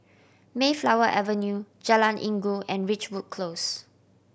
Mayflower Avenue Jalan Inggu and Ridgewood Close